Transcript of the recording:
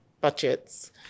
budgets